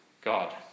God